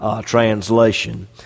translation